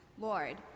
Lord